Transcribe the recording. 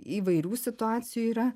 įvairių situacijų yra